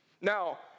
Now-